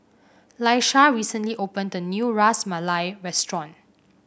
Laisha recently opened a new Ras Malai Restaurant